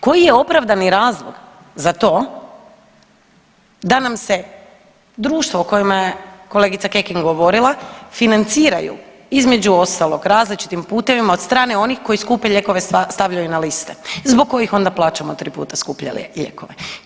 Koji je opravdani razlog za to da nam se društvo o kojima je kolegica Kekin govorila, financiraju između ostalog različitim putevima od strane onih koji skupe lijekove stavljaju na liste, zbog kojih onda plaćamo tri puta skuplje lijekove?